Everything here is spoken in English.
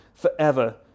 forever